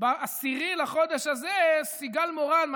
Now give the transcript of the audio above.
ב-10 לחודש הזה סיגל מורן,